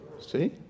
See